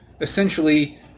essentially